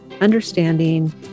understanding